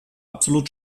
absolut